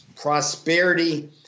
prosperity